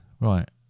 Right